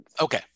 Okay